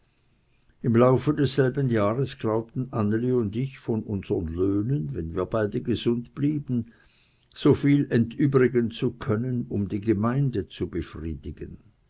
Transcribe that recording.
im laufe desselben jahres glaubten anneli und ich von unsern löhnen wenn wir beide gesund blieben so viel entübrigen zu können um die gemeinde zu befriedigen